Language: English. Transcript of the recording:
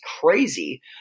crazy